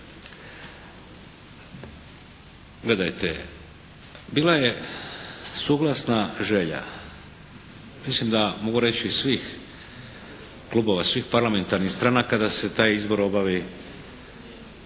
Gledajte bila je suglasna želja, mislim da mogu reći svih klubova svih parlamentarnih stranaka da se taj izbor obavi